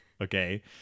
okay